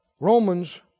Romans